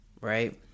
right